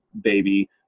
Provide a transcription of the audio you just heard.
baby